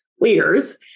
leaders